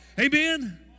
Amen